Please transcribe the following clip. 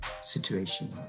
situation